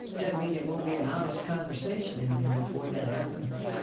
doesn't mean there won't be an honest conversation in there before that happens.